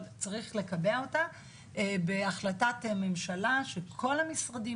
אבל צריך לקבע אותה בהחלטת הממשלה שכל המשרדים